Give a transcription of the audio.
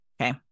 Okay